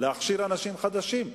במקום להכשיר אנשים חדשים.